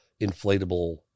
inflatable